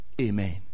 Amen